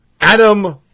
Adam